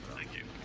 thank you.